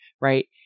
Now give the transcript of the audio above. right